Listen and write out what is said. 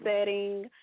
setting